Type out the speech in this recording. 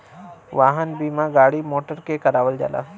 वाहन बीमा गाड़ी मोटर के करावल जाला